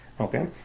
okay